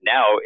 Now